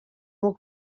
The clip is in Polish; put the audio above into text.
mógł